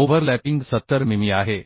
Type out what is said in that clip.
overlapping 70 मिमी आहे